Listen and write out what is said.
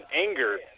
anger